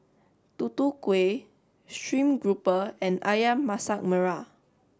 Tutu Kueh Stream Grouper and Ayam Masak Merah